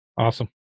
Awesome